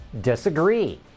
disagree